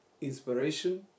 inspiration